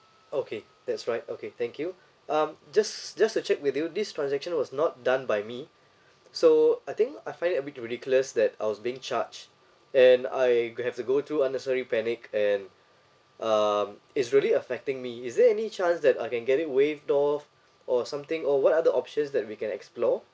okay that's right okay thank you um just just to check with you this transaction was not done by me so I think I find it a bit ridiculous that I was being charged and I have to go through unnecessary panic and um it's really affecting me is there any chance that I can get it waived off or something or what are the options that we can explore